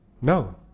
No